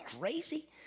crazy